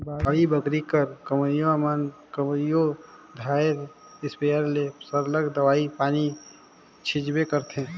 बाड़ी बखरी कर लगोइया मन कइयो धाएर इस्पेयर ले सरलग दवई पानी छींचबे करथंे